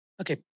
Okay